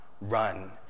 run